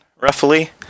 roughly